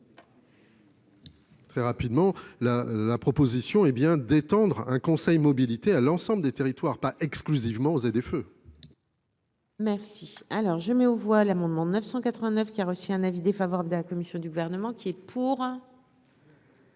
Très rapidement, la la proposition hé bien détendre un conseil mobilité à l'ensemble des territoires pas exclusivement aux et des feux. Merci, alors je mets aux voix l'amendement 989 qui a reçu un avis défavorable de la commission du gouvernement qui est pour.